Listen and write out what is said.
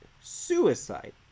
suicide